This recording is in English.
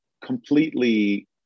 completely